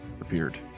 appeared